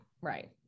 Right